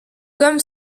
comme